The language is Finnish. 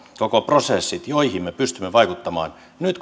koko prosessit joihin me pystymme vaikuttamaan nyt